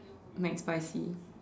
McSpicy